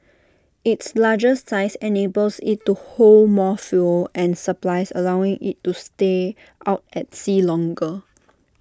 its larger size enables IT to hold more fuel and supplies allowing IT to stay out at sea longer